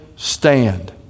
Stand